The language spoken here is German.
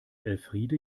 elfriede